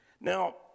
Now